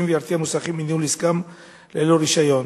וירתיע מוסכים מניהול עסקם ללא רשיון.